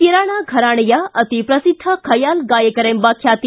ಕಿರಾಣಾ ಫರಾಣೆಯ ಅತೀ ಪ್ರಸಿದ್ದ ಖಯಾಲ್ ಗಾಯಕರೆಂಬ ಖ್ಯಾತಿ